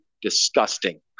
disgusting